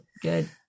Good